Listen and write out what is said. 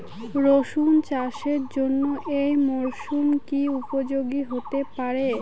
রসুন চাষের জন্য এই মরসুম কি উপযোগী হতে পারে?